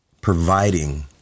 providing